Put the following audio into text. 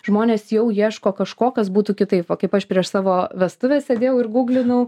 žmonės jau ieško kažko kas būtų kitaip va kaip aš prieš savo vestuves sėdėjau ir gūglinau